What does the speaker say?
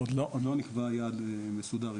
עוד לא נקבע יעד מסודר,